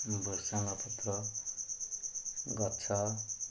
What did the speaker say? ଭୃର୍ଷଙ୍ଗ ପତ୍ର ଗଛ